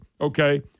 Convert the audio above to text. okay